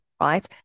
right